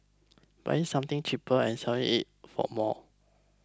buying something cheaper and selling it for more